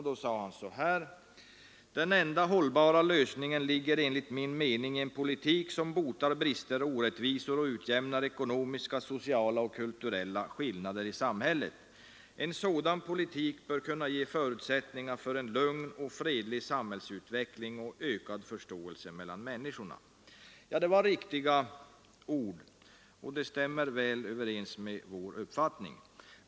Då sade han: ”Den enda hållbara lösningen ligger enligt min mening i en politik som botar brister och orättvisor och utjämnar ekonomiska, sociala och kulturella skillnader i samhället. En sådan politik bör kunna ge förutsättningar för en lugn och fredlig samhällsutveckling och för ökad förståelse mellan människorna.” Det var riktiga ord, och de stämmer väl överens med vår uppfattning.